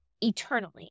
eternally